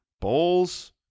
Bowls